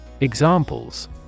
Examples